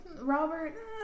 Robert